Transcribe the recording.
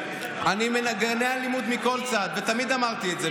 אני מגנה אלימות מכל צד ותמיד אמרתי את זה,